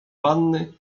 wanny